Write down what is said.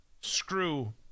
screw